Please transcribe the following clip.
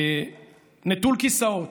נטול כיסאות.